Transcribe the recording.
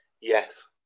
Yes